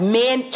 men